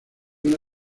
una